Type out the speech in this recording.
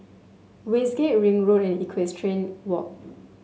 Westgate Ring Road and Equestrian Walk